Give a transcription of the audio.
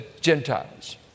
Gentiles